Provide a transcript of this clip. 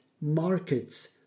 markets